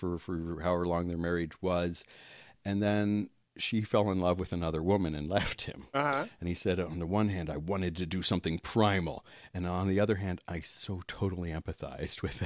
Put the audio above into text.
for however long their marriage was and then she fell in love with another woman and left him and he said on the one hand i wanted to do something primal and on the other hand i so totally empathize with